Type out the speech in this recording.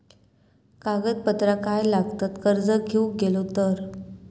कागदपत्रा काय लागतत कर्ज घेऊक गेलो तर?